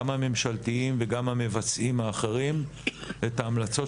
גם הממשלתיים וגם המבצעים האחרים את ההמלצות